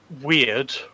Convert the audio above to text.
weird